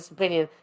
opinion